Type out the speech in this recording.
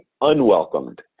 unwelcomed